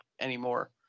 anymore